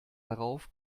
darauf